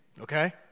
Okay